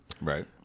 Right